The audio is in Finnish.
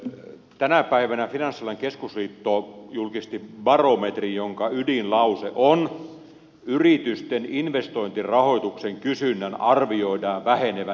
tänä päivänä finanssialan keskusliitto julkisti barometrin jonka ydinlause on yritysten investointirahoituksen kysynnän arvioidaan vähenevän entisestään